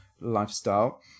lifestyle